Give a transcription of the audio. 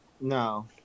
No